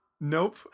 Nope